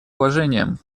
уважением